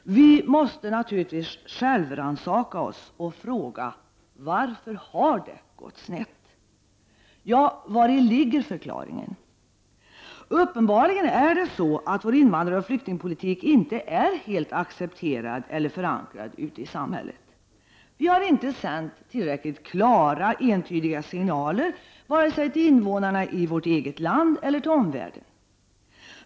Vi måste naturligtvis självrannsaka oss och fråga varför det har gått snett. Vari ligger då förklaringen? Uppenbarligen är det så att vår invandraroch flyktingpolitik inte är helt accepterad eller förankrad ute i samhället. Vi har inte sänt tillräckligt klara, entydiga signaler vare sig till invånarna i vårt eget land eller till omvärlden.